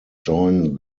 join